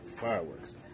fireworks